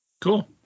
Cool